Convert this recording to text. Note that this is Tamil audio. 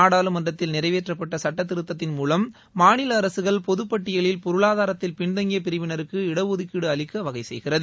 நாடாளுமன்றத்தில் நிறைவேற்றப்பட்ட சுட்டத்திருத்தத்தின் மூலம் மாநில அரசுகள் பொதுப்பட்டியலில் பொருளாதாரத்தில் பின்தங்கிய பிரிவினருக்கு இடஒதுக்கீடு அளிக்க வகை செய்கிறது